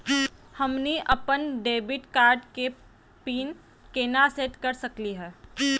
हमनी अपन debit card के पीन केना सेट कर सकली हे?